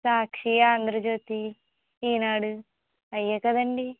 సాక్షి ఆంధ్రజ్యోతి ఈనాడు అవే కదండీ